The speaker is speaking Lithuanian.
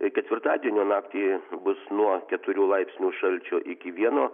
ketvirtadienio naktį bus nuo keturių laipsnių šalčio iki vieno